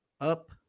up